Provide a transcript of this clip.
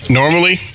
normally